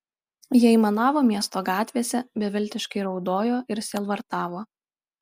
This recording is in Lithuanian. jie aimanavo miesto gatvėse beviltiškai raudojo ir sielvartavo